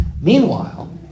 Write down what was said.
meanwhile